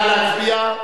נא להצביע.